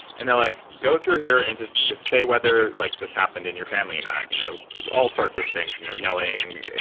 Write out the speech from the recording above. and they're like, go through here and just just say whether like this happened in your family or not. you know all sorts of things, you know yelling,